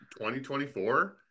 2024